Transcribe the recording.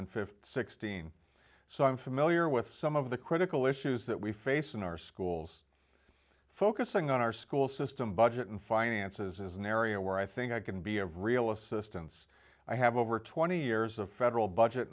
and sixteen so i'm familiar with some of the critical issues that we face in our schools focusing on our school system budget and finances is an area where i think i can be of real assistance i have over twenty years of federal budget